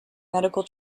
medical